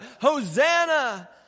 Hosanna